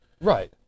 right